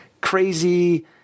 crazy